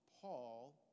Paul